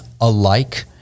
alike